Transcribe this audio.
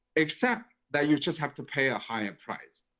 except that you just have to pay a higher price.